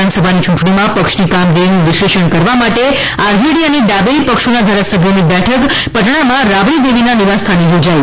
વિધાનસભાની યૂંટણીમાં પક્ષની કામગીરીનું વિશ્લેષણ કરવા માટે આરજેડી અને ડાબેરી પક્ષોના વારાસભ્યોની બેઠક પટનામાં રાબડી દેવીના નિવાસ સ્થાને યોજાઇ